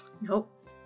Nope